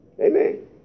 Amen